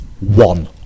one